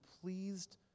pleased